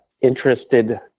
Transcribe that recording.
interested